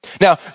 Now